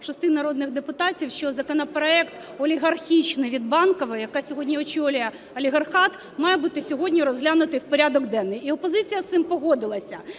226 народних депутатів, що законопроект олігархічний від Банкової, яка сьогодні очолює олігархат, має бути сьогодні розглянутий в порядок денний. І опозиція із цим погодилася.